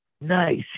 nice